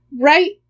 right